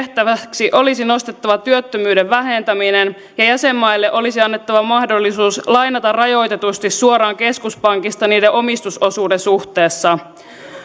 tehtäväksi olisi nostettava työttömyyden vähentäminen ja jäsenmaille olisi annettava mahdollisuus lainata rajoitetusti suoraan keskuspankista niiden omistusosuuden suhteessa